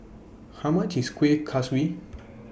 How much IS Kueh Kaswi